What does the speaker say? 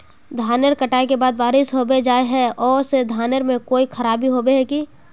धानेर कटाई के बाद बारिश होबे जाए है ओ से धानेर में कोई खराबी होबे है की?